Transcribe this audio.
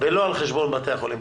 ולא על חשבון בתי-החולים.